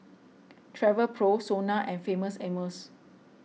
Travelpro sona and Famous Amos